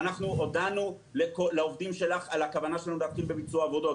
הודענו לעובדים שלך על הכוונה שלנו להתחיל בביצוע העבודות.